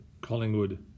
Collingwood